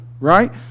right